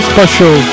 Special